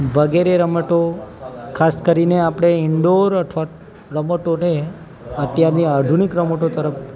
વગેરે રમતો ખાસ કરીને આપણે ઈન્ડોર અથવા રમતોને અત્યારની આધુનિક રમતો તરફ